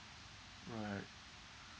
right